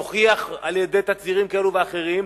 יוכיח על-ידי תצהירים כאלה ואחרים,